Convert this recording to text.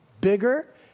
bigger